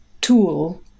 tool